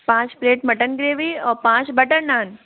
पाँच plate mutton gravy और पाँच बटर नान